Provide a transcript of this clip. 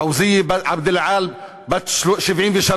פאוזיה עבד-אלעאל, בת 73,